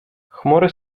chmury